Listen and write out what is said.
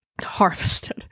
Harvested